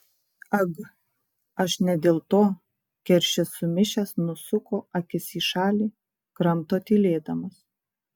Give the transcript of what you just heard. ag aš ne dėl to keršis sumišęs nusuko akis į šalį kramto tylėdamas